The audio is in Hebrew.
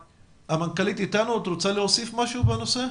המנכ"לית, את רוצה להוסיף משהו בנושא?